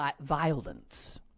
violence